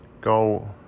go